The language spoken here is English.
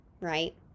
right